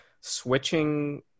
switching